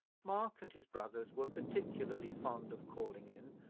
mark and his brothers were particularly fond of calling in,